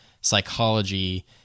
psychology